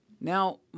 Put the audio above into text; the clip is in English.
Now